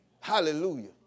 Hallelujah